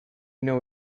know